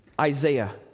isaiah